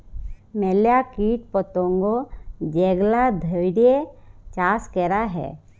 ম্যালা কীট পতঙ্গ যেগলা ধ্যইরে চাষ ক্যরা হ্যয়